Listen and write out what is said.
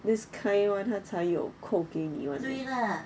this kind [one] 他才有扣给你们